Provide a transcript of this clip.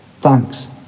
Thanks